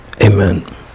Amen